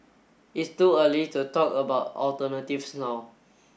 it's too early to talk about alternatives now